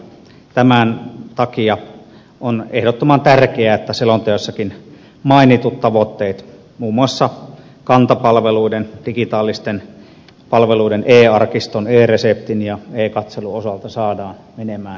tämän takia on ehdottoman tärkeää että selonteossakin mainitut tavoitteet muun muassa kantapalveluiden digitaalisten palveluiden e arkiston e reseptin ja e katselun osalta saadaan menemään eteenpäin